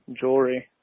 jewelry